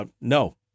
no